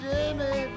Jimmy